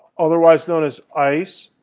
otherwise known as ice,